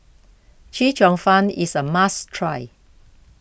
Chee Cheong Fun is a must try